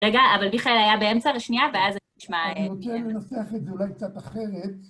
רגע, אבל מיכאל היה באמצע ושנייה, ואז אני אשמע... אני רוצה לנסח את זה אולי קצת אחרת.